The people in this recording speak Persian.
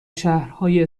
شهرهای